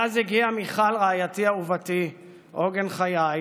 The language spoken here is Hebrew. ואז הגיעה מיכל, רעייתי אהובתי, עוגן חיי,